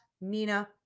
Nina